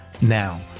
Now